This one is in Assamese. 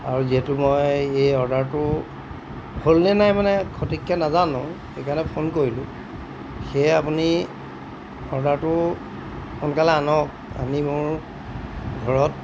আৰু যিহেতু মই এই অৰ্ডাৰটো হ'লনে নাই মানে সঠিককৈ নাজানো সেইকাৰণে ফোন কৰিলোঁ সেয়ে আপুনি অৰ্ডাৰটো সোনকালে আনক আনি মোৰ ঘৰত